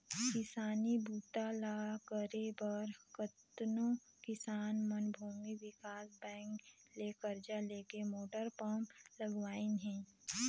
किसानी बूता ल करे बर कतनो किसान मन भूमि विकास बैंक ले करजा लेके मोटर पंप लगवाइन हें